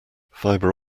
fibre